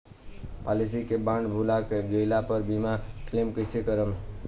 Policy के bond भुला गैला पर बीमा क्लेम कईसे करम?